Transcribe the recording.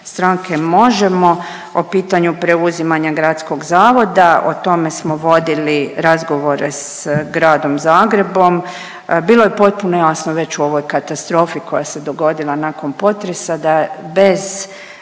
Možemo!, o pitanju preuzimanja gradskog zavoda. O tome smo vodili razgovore s gradom Zagrebom. Bilo je potpuno jasno već u ovoj katastrofi koja se dogodila nakon potresa da bez